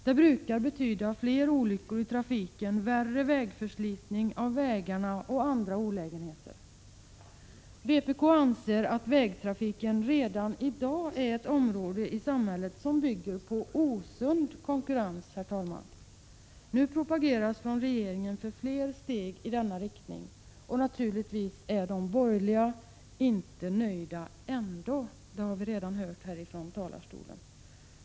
Det brukar betyda fler olyckor i trafiken, värre förslitning av vägarna och andra olägenheter. Vpk anser att vägtrafiken redan i dag är ett område i samhället som bygger på osund konkurrens. Nu propageras från regeringen för fler steg i denna riktning. Som vi redan hört från denna talarstol är de borgerliga ändå inte nöjda.